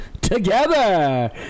together